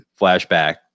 flashback